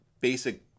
basic